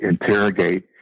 interrogate